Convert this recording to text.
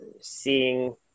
seeing